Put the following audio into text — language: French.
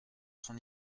son